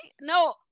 no